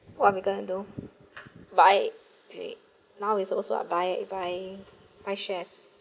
what we gonna do buy paid now is also I buy I buying buy shares